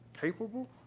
capable